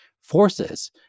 forces